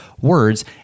words